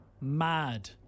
Mad